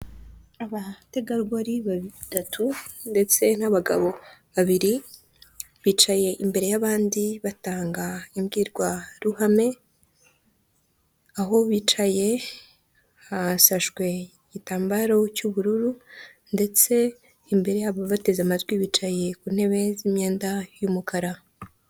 Abategarugori batatu ndetse n'abagabo babiri bicaye imbere y'abandi batanga imbwirwa ruhame, aho bicaye hashashwe igitambaro cy'ubururu, ndetse imbere yabo bateze amatwi bicaye ku ntebe y'imyenda y'umukara.